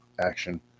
action